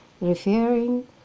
referring